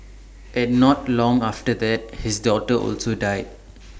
and not long after that his daughter also died